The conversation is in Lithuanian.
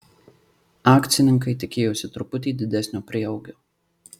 akcininkai tikėjosi truputį didesnio prieaugio